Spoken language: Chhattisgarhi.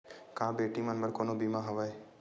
का बेटी मन बर कोनो बीमा हवय?